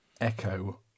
echo